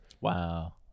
Wow